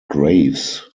graves